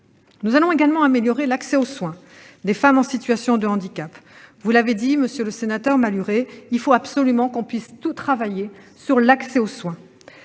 Nous allons également améliorer l'accès aux soins des femmes en situation de handicap. Vous l'avez dit, monsieur le sénateur Malhuret, il faut absolument que l'on puisse tous travailler sur l'accès aux soins,